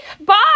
bye